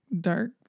dark